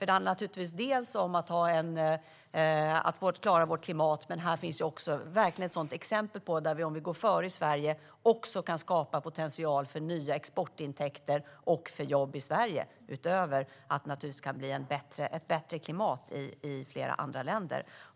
Det handlar inte bara om att klara vårt klimat utan också verkligen om ett exempel på att vi om Sverige går före kan skapa potential för nya exportintäkter och jobb i Sverige - utöver att det kan bli ett bättre klimat i flera andra länder.